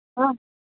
অঁ